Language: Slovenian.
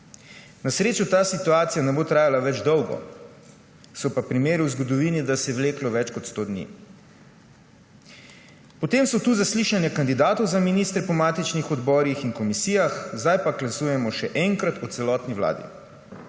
Na srečo ta situacija ne bo trajala več dolgo, so pa primeri v zgodovini, da se je vleklo več kot 100 dni. Potem so tu zaslišanja kandidatov za ministre po matičnih odborih in komisijah, zdaj pa glasujemo še enkrat o celotni vladi.